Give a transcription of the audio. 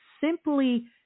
simply